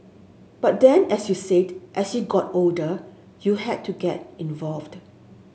but then as you said as you got older you had to get involved